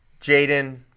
Jaden